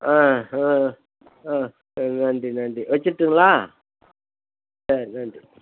ஆ ஆ ஆ நன்றி நன்றி வச்சுருட்டுங்களா சரி நன்றி